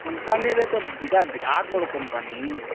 କମ୍ପାନୀରେ ତ ଇଟା ବିରାଟ୍ ବଡ଼ କମ୍ପାନୀ